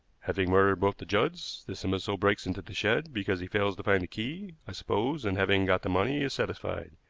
having murdered both the judds, this imbecile breaks into the shed, because he fails to find the key, i suppose and having got the money, is satisfied.